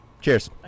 Cheers